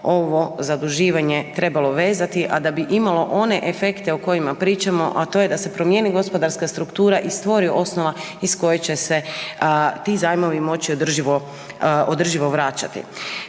ovo zaduživanje trebalo vezati, a da bi imalo one efekte o kojima pričamo, a to je da se promijeni gospodarska struktura i stvori osnova iz koje će se ti zajmovi moći održivo vraćati.